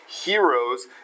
heroes